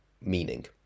meaning